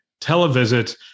televisit